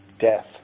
death